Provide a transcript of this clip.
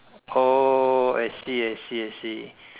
oh I see I see I see